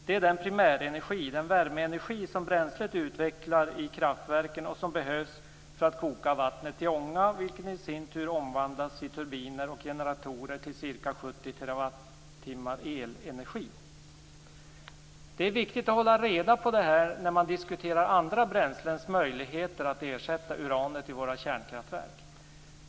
Det är den primärenergi, värmeenergi, som bränslet utvecklar i kraftverken och som behövs för att koka vattnet till ånga, vilken i sin tur omvandlas i turbiner och generatorer till ca 70 Det är viktigt att hålla reda på detta när man diskuterar andra bränslens möjligheter att ersätta uranet i våra kärnkraftverk.